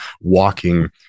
walking